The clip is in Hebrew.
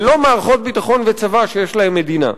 ולא מערכות ביטחון וצבא שיש להם מדינה.